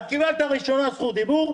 את קיבלת ראשונה זכות דיבור.